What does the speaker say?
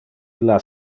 illa